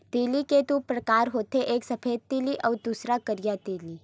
तिली के दू परकार होथे एक सफेद तिली अउ दूसर करिया तिली